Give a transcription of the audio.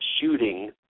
shooting